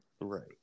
Right